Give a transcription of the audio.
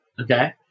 Okay